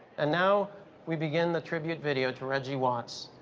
and now we begin the tribute video to reggie watts.